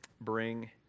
bring